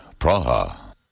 Praha